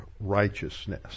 righteousness